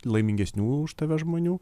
laimingesnių už tave žmonių